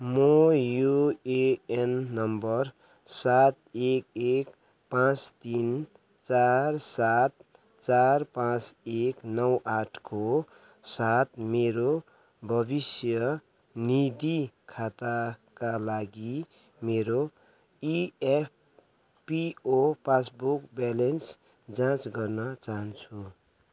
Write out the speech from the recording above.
मो UAN number सात एक एक पाँच तिन चार सात चार पाँच एक नौ आठको साथ मेरो भविष्य निदि खाताका लागि मेरो इएफपिओ पासबुक ब्यालेन्स जाँच गर्न चाहन्छु